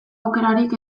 aukerarik